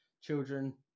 children